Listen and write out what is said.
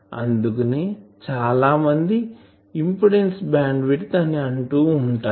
అందుకనే చాలా మంది ఇంపిడెన్సు బ్యాండ్ విడ్త్ అని అంటూ వుంటారు